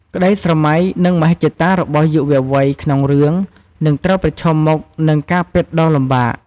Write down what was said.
ក្តីស្រមៃ និងមហិច្ឆតារបស់យុវវ័យក្នុងរឿង នឹងត្រូវប្រឈមមុខនឹង ការពិតដ៏លំបាក ។